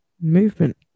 movement